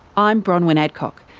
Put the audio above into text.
i'm bronwyn adcock,